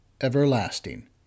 everlasting